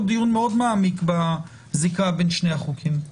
דיון מאוד מעמיק בזיקה בין שני החוקים.